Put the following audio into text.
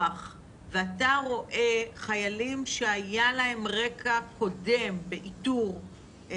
ואתה רואה חיילים שהיה להם רקע קודם באיתור,